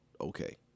okay